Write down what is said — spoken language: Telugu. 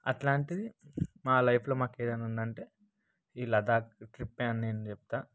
అట్లాంటిది మా లైఫ్లో మాకు ఏదైనా ఉందంటే ఈ లడఖ్ ట్రిప్పే అని నేను చెప్తా